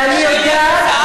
ואני יודעת,